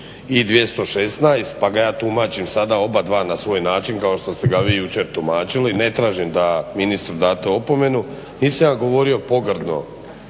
i 216. pa ga ja tumačim sada oba dva na svoj način kao što ste ga vi jučer tumačili, ne tražim da ministru date opomenu. Nisam ja govorio pogrdno,